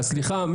אז סליחה,